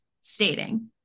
Stating